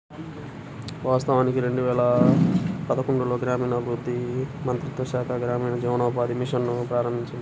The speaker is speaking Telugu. వాస్తవానికి రెండు వేల పదకొండులో గ్రామీణాభివృద్ధి మంత్రిత్వ శాఖ గ్రామీణ జీవనోపాధి మిషన్ ను ప్రారంభించింది